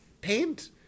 paint